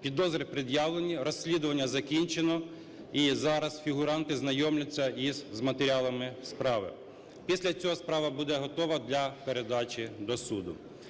Підозри пред'явлені, розслідування закінчено і зараз фігуранти знайомляться з матеріалами справи. Після цього справа буде готова для передачі до суду.